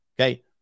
okay